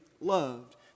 loved